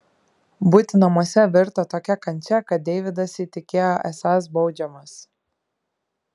būti namuose virto tokia kančia kad deividas įtikėjo esąs baudžiamas